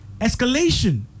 escalation